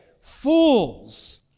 fools